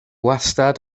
wastad